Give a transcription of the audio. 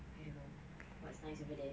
I don't know what's nice over there